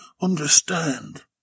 understand